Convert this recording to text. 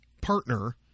partner